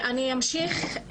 אני אמשיך.